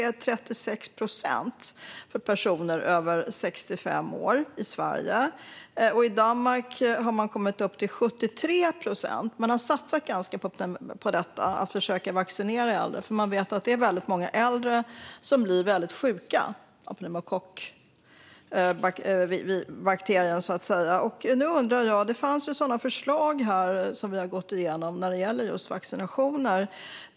Den är 36 procent för personer över 65 år i Sverige. I Danmark har man kommit upp till 73 procent. Man har satsat på att försöka vaccinera äldre, för man vet att det är många äldre som blir väldigt sjuka av pneumokockbakterien. Det fanns sådana förslag här som vi har gått igenom när det gäller just vaccinationer.